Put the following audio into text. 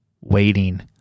waiting